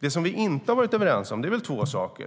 Det vi inte har varit överens om är väl två saker.